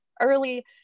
early